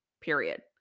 Period